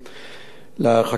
לחקירה בתחנה,